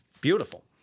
Beautiful